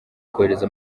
kohereza